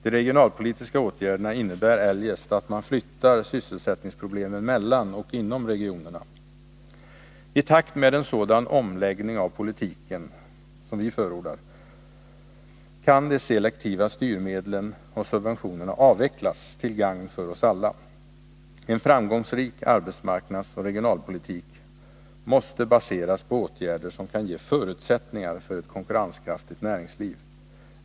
De regionalpolitiska åtgärderna innebär eljest att man flyttar sysselsättningsproblemen mellan och inom regionerna. I takt med en sådan omläggning av politiken som vi förordar kan de selektiva styrmedlen och subventionerna avvecklas till gagn för oss alla. En framgångsrik arbetsmarknadsoch regionalpolitik måste baseras på åtgärder som kan ge förutsättningar för ett konkurrenskraftigt näringsliv.